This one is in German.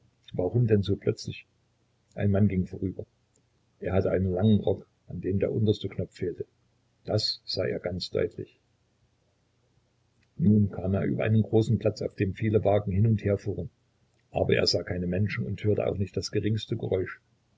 warum denn so plötzlich ein mann ging vorüber er hatte einen langen rock an dem der unterste knopf fehlte das sah er ganz deutlich nun kam er über einen großen platz auf dem viele wagen hin und her fuhren aber er sah keine menschen und hörte auch nicht das geringste geräusch